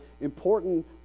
important